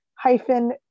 hyphen